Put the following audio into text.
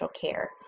care